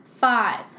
Five